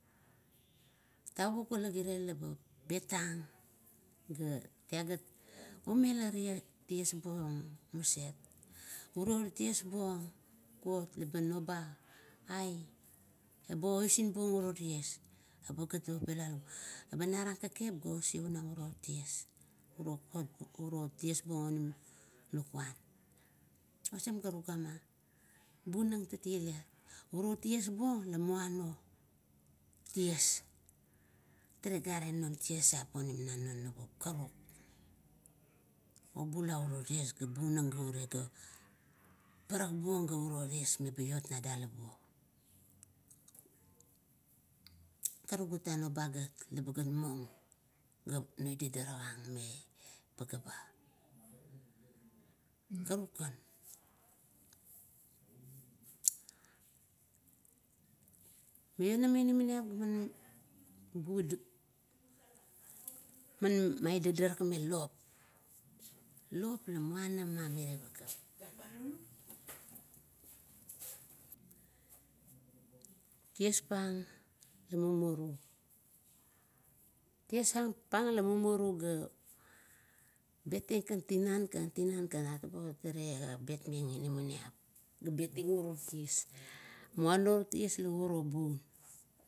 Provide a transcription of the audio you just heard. Tavuk ila girea laba beteng, ga talagat omerara ties buong maset. Uro ties buong kuot, leba noba ai ba osinbung uro ties, eba gat using nang. Eba narang kekep ga oseunang uro ties uro ties buong onim lakuan. oseam ga tugama, bunang tatailit, uro ties buong la muana oties, tale are non tiesiap onim na non naup karuk, obula uro ties ga bunang gaure ga parak buong gauro ties ba iot na dalap buo karuk gat a noba gat laba muo ga budadarakang me pagea ba karukan mn maionama inaaniap ga man maidadarakmeng lop, lop la muname pegip. Ties ang la mumuru. Ties ang papa ang la mumuru ga betieng kan tinan, tinan kan atabo rale ga betmeng inamaniap. Labateng uro ties, muano uro ties lauro bun.